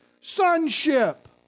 sonship